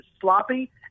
sloppy